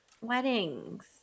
Weddings